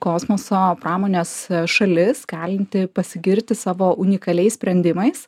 kosmoso pramonės šalis galinti pasigirti savo unikaliais sprendimais